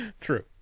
True